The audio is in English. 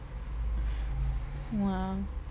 !wow!